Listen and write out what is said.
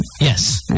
Yes